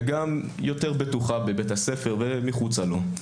וגם יותר בטוחה בבית הספר ומחוצה לו.